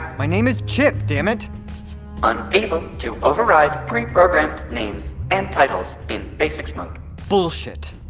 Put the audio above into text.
my name is chip, dammit unable to override pre-programmed names and titles in basic mode bullshit.